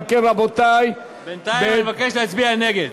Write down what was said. אם כן, רבותי, בינתיים אני מבקש להצביע נגד.